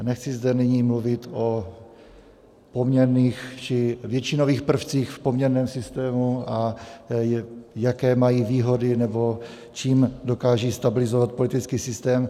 Nechci zde nyní mluvit o poměrných či většinových prvcích v poměrném systému a jaké mají výhody nebo čím dokážou stabilizovat politický systém.